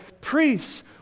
priests